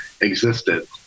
existed